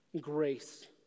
grace